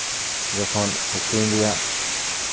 ᱡᱚᱠᱷᱚᱱ ᱟᱠᱷᱨᱤᱧ ᱨᱮᱭᱟᱜ